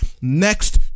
next